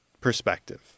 perspective